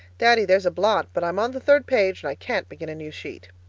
daddy, there's a blot, but i'm on the third page and i can't begin a new sheet.